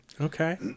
Okay